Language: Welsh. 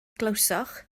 glywsoch